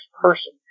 person